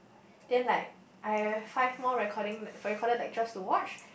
then like I have five more recording recorded lectures to watch